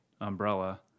umbrella